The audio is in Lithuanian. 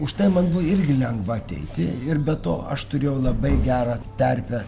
užtai man buvo irgi lengva ateiti ir be to aš turėjau labai gerą terpę